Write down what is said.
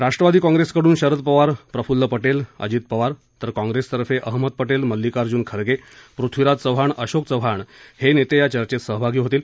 राष्ट्रवादी काँप्रेसकडून शरद पवार प्रफुल्ल पटेल अजित पवार तर काँप्रेसतर्फे अहमद पटेल मल्लिकार्जून खर्गे पृथ्वीराज चव्हाण अशोक चव्हाण हे नेते या चर्चेत सहभागी होतील